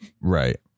Right